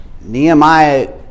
Nehemiah